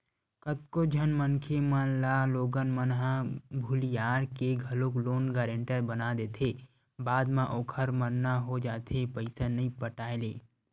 कतको झन मनखे मन ल लोगन मन ह भुलियार के घलोक लोन गारेंटर बना देथे बाद म ओखर मरना हो जाथे पइसा नइ पटाय ले